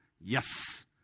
Yes